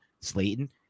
Slayton